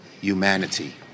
humanity